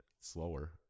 Slower